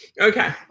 okay